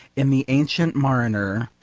in the ancient mariner,